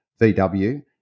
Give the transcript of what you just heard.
VW